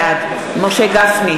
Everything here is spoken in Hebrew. בעד אריאל אטיאס,